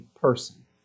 person